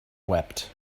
wept